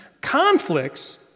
Conflicts